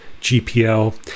GPL